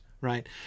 right